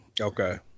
Okay